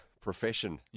profession